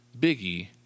Biggie